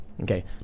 Okay